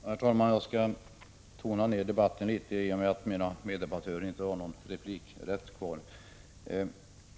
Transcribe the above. Herr talman! Jag skall tona ned debatten i och med att mina meddebattörer inte har rätt till ytterligare replik.